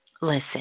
listen